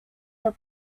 were